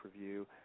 review